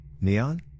Neon